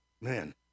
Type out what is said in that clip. Man